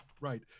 Right